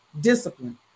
discipline